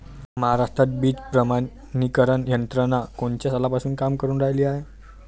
महाराष्ट्रात बीज प्रमानीकरण यंत्रना कोनच्या सालापासून काम करुन रायली हाये?